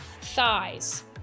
thighs